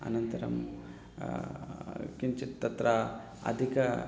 अनन्तरं किञ्चित् तत्र अधिकम्